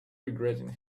regretting